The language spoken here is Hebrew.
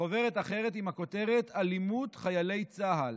וחוברת אחרת עם הכותרת "אלימות חיילי צה"ל".